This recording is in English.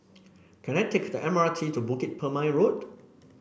can I take the M R T to Bukit Purmei Road